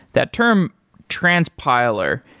that term transpiler,